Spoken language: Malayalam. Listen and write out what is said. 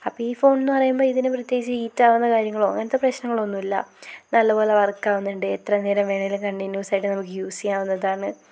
അപ്പയീ ഫോണെന്ന് പറയുമ്പോൾ ഇതിന് പ്രത്യേകിച്ച് ഹീറ്റാകുന്ന കാര്യങ്ങളോ അങ്ങനത്തെ പ്രശ്നങ്ങളൊന്നും ഇല്ല നല്ല പോലെ വർക്ക് ആകുന്നുണ്ട് എത്ര നേരം വേണേലും കണ്ടിന്യൂസായിട്ട് നമുക്ക് യൂസ് ചെയ്യാവുന്നതാണ്